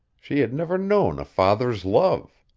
she had never known a father's love.